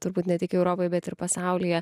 turbūt ne tik europoj bet ir pasaulyje